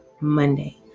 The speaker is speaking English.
Monday